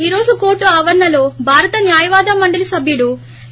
ఈ రోజు కోర్టు ఆవరణలో భారత న్యాయవాద మండలి సభ్యుడు ఏ